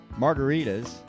margaritas